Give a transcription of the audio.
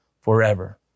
forever